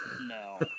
No